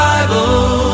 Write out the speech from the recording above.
Bible